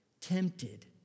tempted